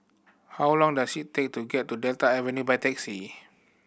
how long does it take to get to Delta Avenue by taxi